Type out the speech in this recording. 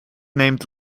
named